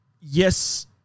yes